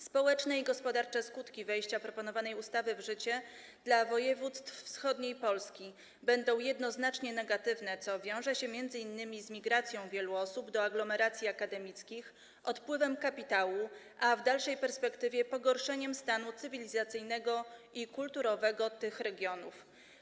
Społeczne i gospodarcze skutki wejścia proponowanej ustawy w życie dla województw wschodniej Polskiej będą jednoznacznie negatywne, co wiąże się m.in. z migracją wielu osób do aglomeracji akademickich, odpływem kapitału, a w dalszej perspektywie pogorszeniem stanu cywilizacyjnego i kulturowego tych regionów.